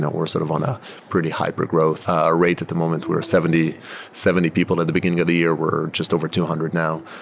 we're sort of on a pretty hyper growth ah rate. at the moment, we're seventy seventy people at the beginning of the year. we're just over two hundred now.